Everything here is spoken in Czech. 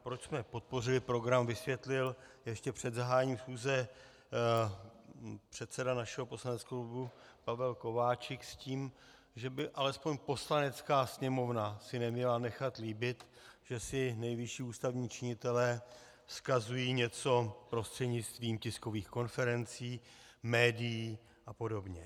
Proč jsme podpořili program, vysvětlil ještě před zahájením schůze předseda našeho poslaneckého klubu Pavel Kováčik s tím, že by alespoň Poslanecká sněmovna si neměla nechat líbit, jestli nejvyšší ústavní činitelé vzkazují něco prostřednictvím tiskových konferencí, médií a podobně.